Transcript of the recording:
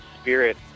spirit